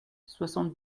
soixante